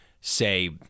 say